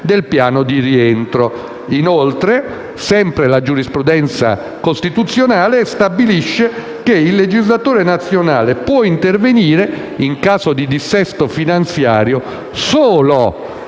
del piano di rientro. Inoltre, sempre la giurisprudenza costituzionale ha stabilito che il legislatore nazionale può intervenire in caso di dissesto finanziario solo